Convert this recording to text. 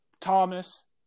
Thomas